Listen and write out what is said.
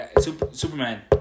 Superman